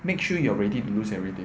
make sure you're ready to lose everything